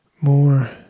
More